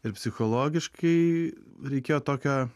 ir psichologiškai reikėjo tokio